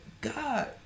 God